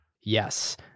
Yes